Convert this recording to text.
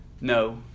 No